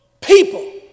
People